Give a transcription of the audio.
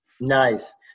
Nice